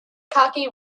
cocky